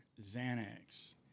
Xanax